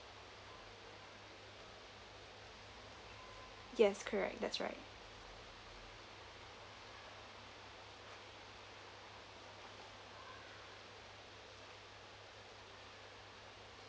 yes correct that's right